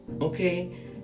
Okay